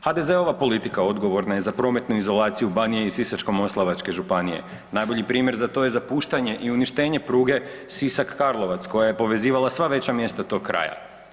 HDZ-ova politika odgovorna je za prometnu izolaciju Banije i Sisačko-moslavačke županije, najbolji primjer za to je zapuštanje i uništenje pruge Sisak-Karlovac, koja je povezivala sva veća mjesta tog kraja.